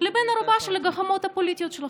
לבן ערובה של הגחמות הפוליטיות שלכם,